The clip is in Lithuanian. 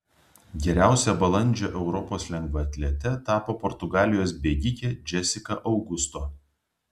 geriausia balandžio europos lengvaatlete tapo portugalijos bėgikė džesika augusto